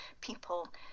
people